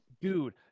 Dude